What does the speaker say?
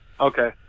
okay